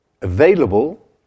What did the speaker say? available